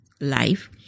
life